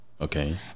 Okay